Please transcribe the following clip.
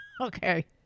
Okay